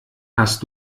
hast